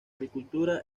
agricultura